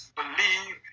believe